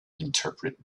interpret